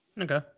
Okay